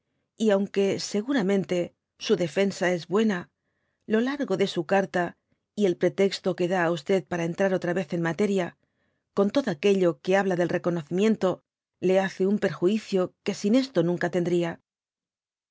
y aunque seguramente su defensa es buena lo largo de su carta y el pretexto que dá á para entrar otra vez en materia con todo aquello cpie habla del reconocimiento le hace un perjuirio que sin esto nunca tendría